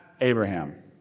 Abraham